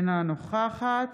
אינה נוכחת